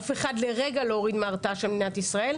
אף אחד לרגע לא הוריד מההתרעה של מדינת ישראל,